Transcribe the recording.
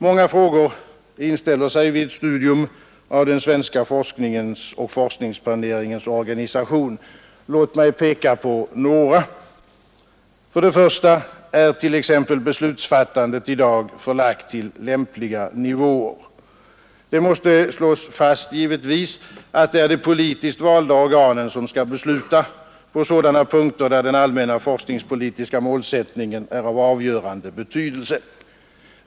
Många frågor inställer sig vid ett studium av den svenska forskningens och forskningsplaneringens organisation. Låt mig peka på några. 1. Är t.ex. beslutsfattandet i dag förlagt till lämpliga nivåer? Det måste slås fast, givetvis, att det är de politiskt valda organen som skall besluta på sådana punkter där den allmänna forskningspolitiska målsättningen är av avgörande betydelse.